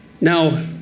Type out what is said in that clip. Now